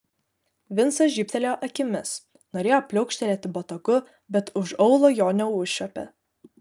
vincas žybtelėjo akimis norėjo pliaukštelėti botagu bet už aulo jo neužčiuopė